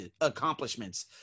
accomplishments